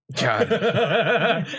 God